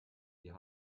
wir